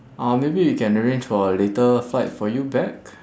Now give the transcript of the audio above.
uh maybe we can arrange for a later flight for you back